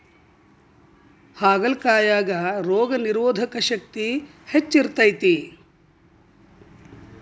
ಹಾಗಲಕಾಯಾಗ ರೋಗನಿರೋಧಕ ಶಕ್ತಿ ಹೆಚ್ಚ ಇರ್ತೈತಿ